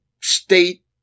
state